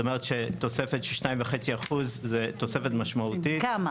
זאת אומרת שתוספת של 2.5% זו תוספת משמעותית -- כמה?